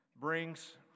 brings